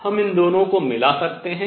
हम इन दोनो को मिला सकते हैं